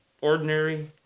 ordinary